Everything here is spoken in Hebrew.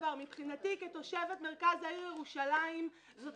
מבחינתי כתושבת מרכז העיר ירושלים זאת